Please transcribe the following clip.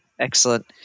excellent